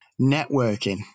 Networking